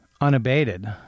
unabated